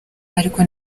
ariko